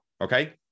Okay